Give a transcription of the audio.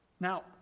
Now